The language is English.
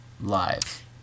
live